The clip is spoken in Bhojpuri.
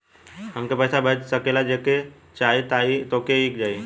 हमहू पैसा भेज सकीला जेके चाही तोके ई हो जाई?